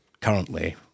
currently